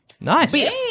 Nice